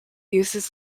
uses